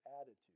attitude